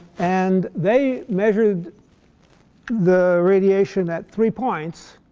and they measured the radiation at three points.